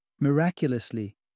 Miraculously